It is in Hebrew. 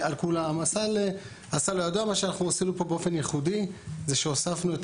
מה שאנחנו עשינו פה באופן ייחודי זה שהוספנו את